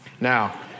Now